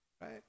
right